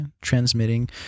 transmitting